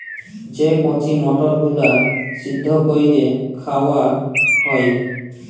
যে কঁচি মটরগুলা সিদ্ধ ক্যইরে খাউয়া হ্যয়